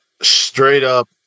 straight-up